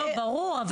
לא, ברור.